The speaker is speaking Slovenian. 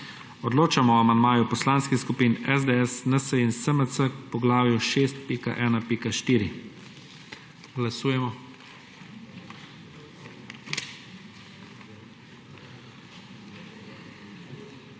Odločamo o amandmaju Poslanskih skupin SDS, NSi in SMC k poglavju 6. 1. 4. Glasujemo.